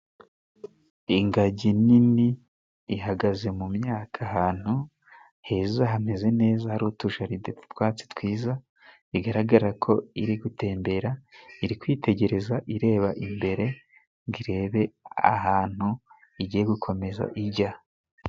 Ingagi nini ihagaze mu myaka ahantu heza hameze neza hari utujaride utwatsi twiza bigaragara ko iri gutembera iri kwitegereza ireba imbere ngorebe ahantu igiye gukomeza ijya